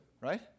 right